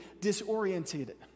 disoriented